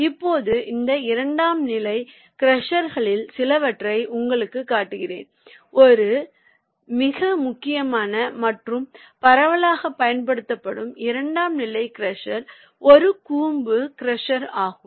இப்போது இந்த இரண்டாம் நிலை க்ரஷர்களில் சிலவற்றை உங்களுக்குக் காட்டுகிறேன் ஒரு மிக முக்கியமான மற்றும் பரவலாக பயன்படுத்தப்படும் இரண்டாம் நிலை க்ரஷர் ஒரு கூம்பு க்ரஷர் ஆகும்